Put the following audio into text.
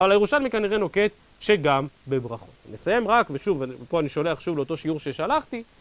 אבל הירושלמי כנראה נוקט שגם בברכות. נסיים רק, ושוב, ופה אני שולח שוב לאותו שיעור ששלחתי.